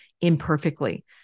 imperfectly